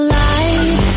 light